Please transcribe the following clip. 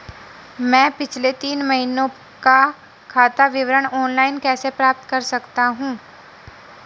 मैं पिछले तीन महीनों का खाता विवरण ऑनलाइन कैसे प्राप्त कर सकता हूं?